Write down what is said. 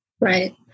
right